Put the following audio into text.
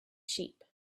sheep